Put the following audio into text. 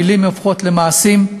המילים הופכות למעשים,